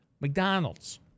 McDonald's